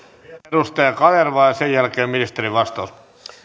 edustaja kanerva ja sen jälkeen ministerin vastaus